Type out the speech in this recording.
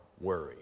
worry